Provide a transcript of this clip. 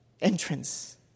entrance